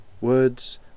Words